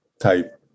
type